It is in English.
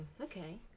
okay